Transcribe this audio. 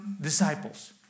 disciples